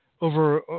over